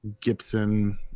Gibson